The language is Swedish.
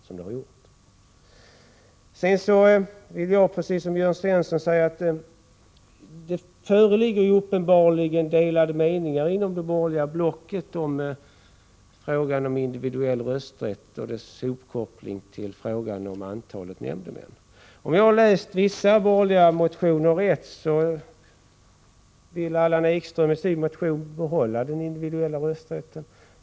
Sedan vill jag precis som Jörn Svensson säga att det föreligger uppenbarligen delade meningar inom det borgerliga blocket i frågan om individuell rösträtt och dess ihopkoppling med frågan om antalet nämndemän. Om jag har läst vissa borgerliga motioner rätt, vill Allan Ekström behålla den individuella rösträtten.